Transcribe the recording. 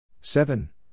seven